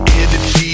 energy